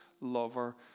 lover